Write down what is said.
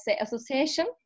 association